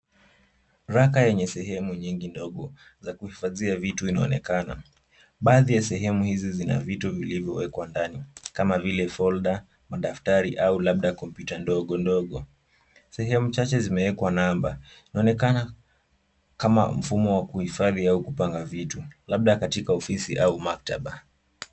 Raka yenye sehemu nyingi ndogo za kuhifadhia vitu inaonekana. Baadhi ya sehemu hizi zina vitu vilivyowekwa ndani kama vile; folder , madaftari, au labda kompyuta ndogo ndogo. Sehemu chache zimewekwa namba . Inaonekana kama mfumo wa kuhifadhi au kupanga vitu, labda katika ofisi au maktaba.